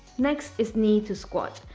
next is knee to squat.